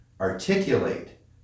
articulate